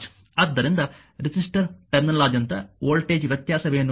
ಆದ್ದರಿಂದ ರೆಸಿಸ್ಟರ್ ಟರ್ಮಿನಲ್ನಾದ್ಯಂತ ವೋಲ್ಟೇಜ್ ವ್ಯತ್ಯಾಸವೇನು